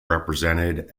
represented